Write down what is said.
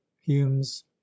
humes